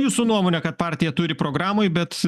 jūsų nuomone kad partija turi programoj bet